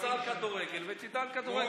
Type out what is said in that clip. כדורגל ותדע על כדורגל.